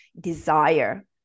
desire